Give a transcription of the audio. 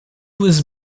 was